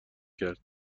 کرد